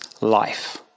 life